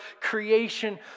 creation